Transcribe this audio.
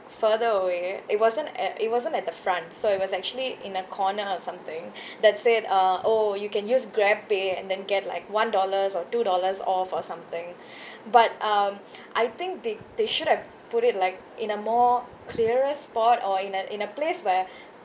further away it wasn't a~ it wasn't at the front so it was actually in a corner or something that said uh oh you can use grabpay and then get like one dollars or two dollars off or something but um I think they they should have put it like in a more clearer sport or in a in a place where